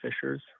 fishers